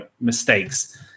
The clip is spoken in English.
mistakes